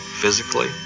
physically